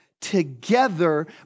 together